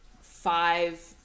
five